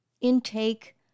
Intake